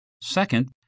Second